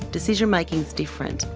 decision-making is different.